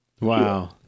Wow